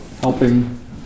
helping